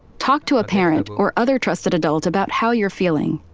talk to a parent or other trusted adult about how you're feeling,